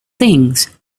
things